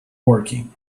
woking